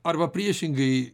arba priešingai